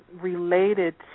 related